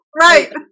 Right